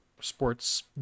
sports